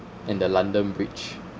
and the london bridge